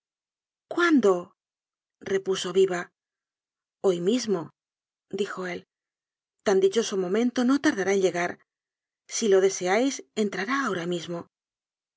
cuándo repuso viva hoy mismo dijo él tan dichoso momento no tardará en lle gar si lo deseáis entrará ahora mismo